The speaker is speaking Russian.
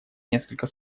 несколько